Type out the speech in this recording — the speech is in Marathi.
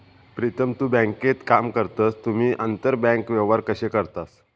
प्रीतम तु बँकेत काम करतस तुम्ही आंतरबँक व्यवहार कशे करतास?